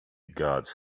gods